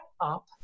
up